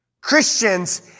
Christians